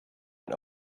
and